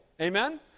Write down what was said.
Amen